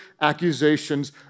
accusations